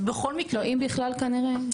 לא, אם בכלל כנראה אנחנו יודעים.